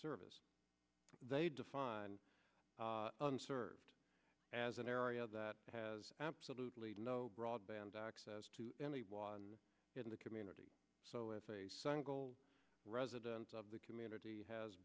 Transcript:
service they define unserved as an area that has absolutely no broadband access to any was in the community so if a single residence of the community has